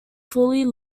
fully